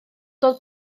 dod